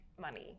money